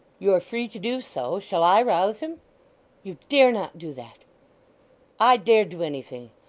you are free to do so. shall i rouse him you dare not do that i dare do anything,